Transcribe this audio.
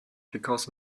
because